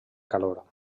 calor